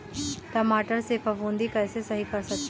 टमाटर से फफूंदी कैसे सही कर सकते हैं?